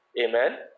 Amen